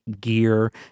Gear